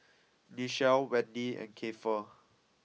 Nichelle Wendy and Kiefer